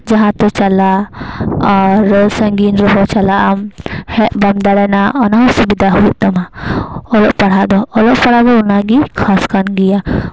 ᱡᱟᱦᱟᱸ ᱛᱮ ᱪᱟᱞᱟᱜ ᱟᱨ ᱥᱟᱺᱜᱤᱧ ᱨᱮᱦᱚᱸ ᱪᱟᱞᱟᱜ ᱟᱢ ᱦᱮᱡ ᱵᱟᱢ ᱫᱟᱲᱮᱱᱟ ᱚᱱᱟ ᱦᱚᱸ ᱥᱩᱵᱤᱫᱟ ᱦᱩᱭᱩᱜ ᱛᱟᱢᱟ ᱚᱞᱚᱜ ᱯᱟᱲᱦᱟᱜ ᱫᱚ ᱚᱞᱚᱜ ᱯᱟᱲᱦᱟᱜ ᱫᱚ ᱚᱱᱟ ᱜᱮ ᱠᱷᱟᱥ ᱠᱟᱱ ᱜᱮᱭᱟ